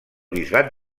bisbat